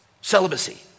Celibacy